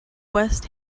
west